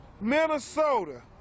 Minnesota